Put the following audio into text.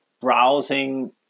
browsing